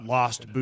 Lost